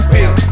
Feel